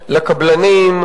זה טוב לתלמידי הפריפריה,